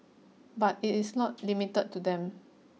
but it is not limited to them